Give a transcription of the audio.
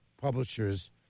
publishers